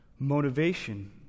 Motivation